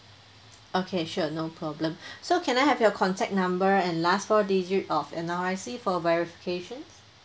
okay sure no problem so can I have your contact number and last four digit of N_R_I_C for verifications